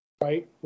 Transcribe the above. Right